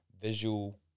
Visual